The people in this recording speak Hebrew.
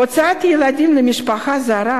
הוצאת ילדים למשפחה זרה,